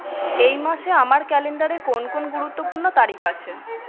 এই মাসে আমার ক্যালেন্ডারে কোন কোন গুরুত্বপূর্ণ তারিখ আছে